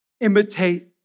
Imitate